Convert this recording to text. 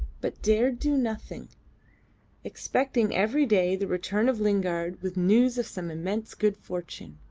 but dared do nothing expecting every day the return of lingard with news of some immense good fortune.